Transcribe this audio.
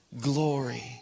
Glory